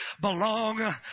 belong